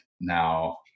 now